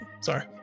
Sorry